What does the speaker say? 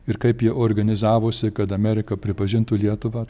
ir kaip jie organizavosi kad amerika pripažintų lietuvą